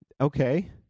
Okay